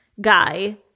Guy